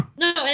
No